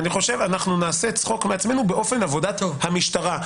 נעשה צחוק מעצמנו באופן עבודת המשטרה.